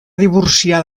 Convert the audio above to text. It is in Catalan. divorciar